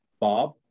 Bob